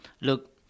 look